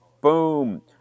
boom